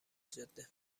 جاده